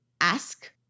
ask